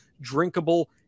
drinkable